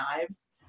knives